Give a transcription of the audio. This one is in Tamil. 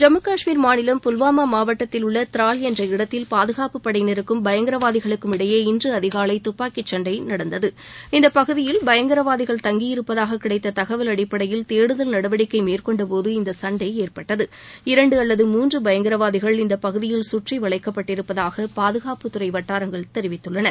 ஜம்மு கஷ்மீர் மாநிலம் புல்வாமா மாவட்டத்தில் உள்ள த்ரால் என்ற இடத்தில் பாதுகாப்பு படையினருக்கும் பயங்கரவாதிகளுக்கும் இடையே இன்று அதிகாலை துப்பாக்கிச்சண்டை நடந்தது இந்தப் பகுதியில் பயங்கரவாதிகள் தங்கியிருப்பதாக கிடைத்த தகவல் அடிப்படையில் தேடுதல் நடவடிக்கை மேற்கொண்டபோது இந்த சண்டை ஏற்பட்டது இரண்டு அல்லது மூன்று பயங்கரவாதிகள் இந்த பகுதியில் சுற்றி வளைக்கப்பட்டிருப்பதாக பாதுகாப்புத்துறை வட்டாரங்கள் தெரிவித்தன